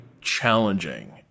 challenging